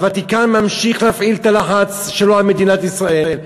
הוותיקן ממשיך להפעיל את הלחץ שלו על מדינת ישראל,